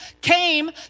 came